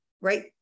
right